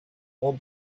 all